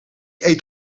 eet